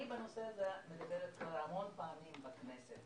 אני בנושא הזה מדברת כבר המון פעמים בכנסת,